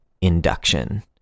induction